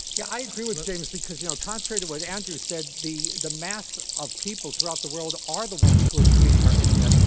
yeah i agree with james, because, you know, contrary to what andrew said, the the mass of people throughout the world are the ones who are creating our internet.